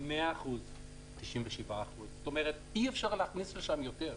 היא 97%. זאת אומרת שאי אפשר להכניס לשם יותר סחורה.